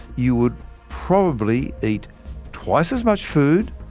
you would probably eat twice as much food,